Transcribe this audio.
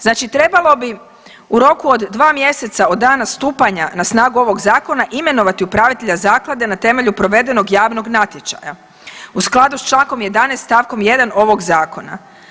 Znači, trebalo bi u roku od 2 mjeseca od dana stupanja na snagu ovog zakona imenovati upravitelja zaklade na temelju provedenog javnog natječaja u skladu sa člankom 11. stavkom 1. ovog zakona.